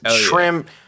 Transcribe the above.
shrimp